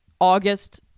August